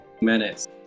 minutes